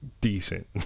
decent